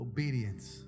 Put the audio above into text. Obedience